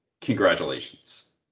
Congratulations